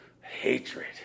Hatred